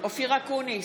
אופיר אקוניס,